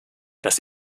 das